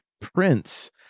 Prince